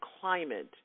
climate